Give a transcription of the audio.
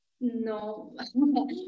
No